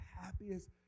happiest